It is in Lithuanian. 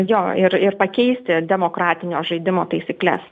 jo ir ir pakeisti demokratinio žaidimo taisykles